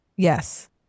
Yes